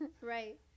right